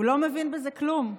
הוא לא מבין בזה כלום.